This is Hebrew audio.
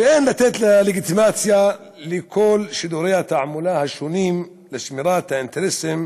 אין לתת לגיטימציה לכל שידורי התעמולה השונים לשמירת האינטרסים